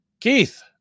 Keith